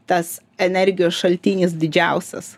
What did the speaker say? tas energijos šaltinis didžiausias